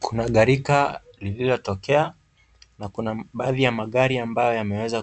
Kuna gharika lililotokea na kuna baadhi ya magari ambayo yameweza